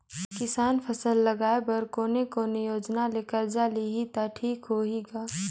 किसान फसल लगाय बर कोने कोने योजना ले कर्जा लिही त ठीक होही ग?